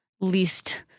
least